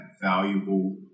valuable